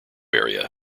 area